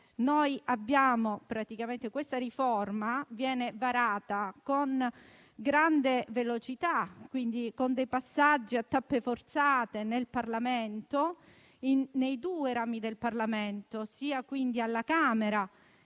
Questa riforma viene varata con grande velocità, con dei passaggi a tappe forzate nei due rami del Parlamento, quindi sia alla Camera